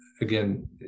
again